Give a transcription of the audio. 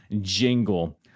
jingle